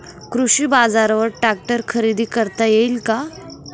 कृषी बाजारवर ट्रॅक्टर खरेदी करता येईल का?